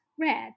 red